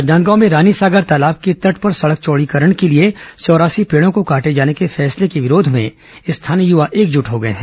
राजनांदगांव में रानीसागर तालाब के तट पर सड़क चौड़ीकरण के लिए चौरासी पेड़ों को काटे जाने के फैसले के विरोध में स्थानीय युवा एकजुट हो गए हैं